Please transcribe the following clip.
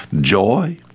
Joy